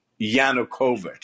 Yanukovych